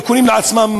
קונים לעצמם